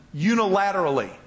unilaterally